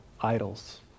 idols